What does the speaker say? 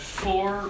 four